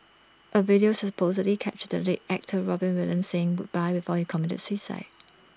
A video supposedly captured the late actor Robin Williams saying goodbye before he committed suicide